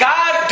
God